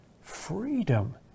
freedom